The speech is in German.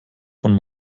von